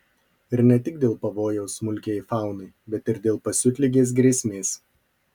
ir ne tik dėl pavojaus smulkiajai faunai bet ir dėl pasiutligės grėsmės